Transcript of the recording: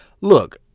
Look